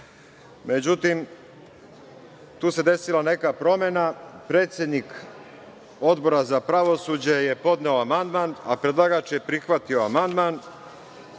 Međutim tu se desila neka promena. Predsednik Odbora za pravosuđe je podneo amandman, a predlagač je prihvatio amandman